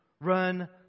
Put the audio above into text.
run